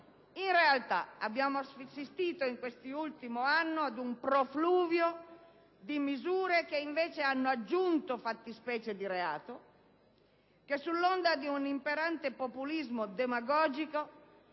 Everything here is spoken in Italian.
in realtà abbiamo assistito in questo ultimo anno ad un profluvio di misure che hanno aggiunto fattispecie di reato, che, sull'onda di un imperante populismo demagogico,